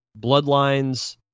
Bloodlines